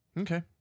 Okay